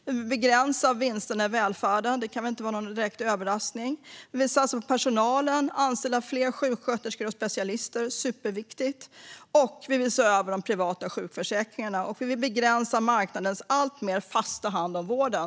Vi vill begränsa vinsterna i välfärden - det kan inte vara någon direkt överraskning. Vi vill satsa på personalen och anställa fler sjuksköterskor och specialister. Det är superviktigt. Vi vill även se över de privata sjukförsäkringarna. Vi vill begränsa marknadens alltmer fasta hand över vården.